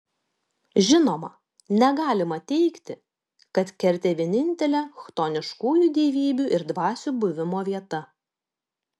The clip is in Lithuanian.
žinoma negalima teigti kad kertė vienintelė chtoniškųjų dievybių ir dvasių buvimo vieta